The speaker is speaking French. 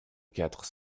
quatre